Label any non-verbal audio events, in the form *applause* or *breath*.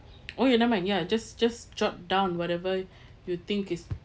oh ya never mind ya just just jot down whatever *breath* you think is